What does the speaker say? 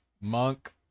Monk